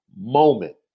moment